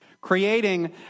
Creating